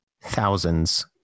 thousands